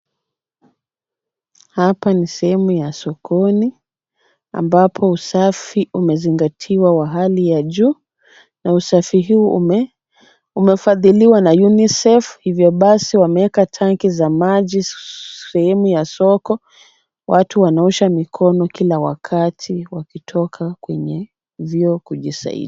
Hapa ni sehemu ya sokoni, ambapo usafi umezingatiwa wa hali ya juu na usafi huu umefadhiliwa na UNICEF, Hivyo basi wameweka tanki za maji sehemu ya soko, watu wanaosha mikono kila wakati wakitoka kwenye vyoo kujisaidia.